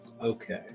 Okay